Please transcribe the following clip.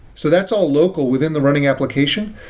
so that's all local within the running application,